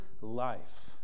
life